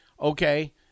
Okay